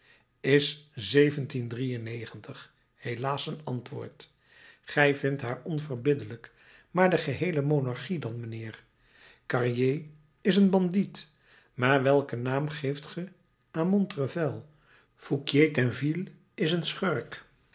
is helaas een antwoord gij vindt haar onverbiddelijk maar de geheele monarchie dan mijnheer carrier is een bandiet maar welken naam geeft ge aan montrevel fouquier tainville is een schurk